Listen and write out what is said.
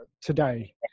today